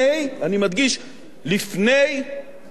לפני אישור התקציב החדש,